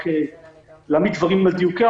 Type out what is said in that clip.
רק להעמיד דברים על דיוקם.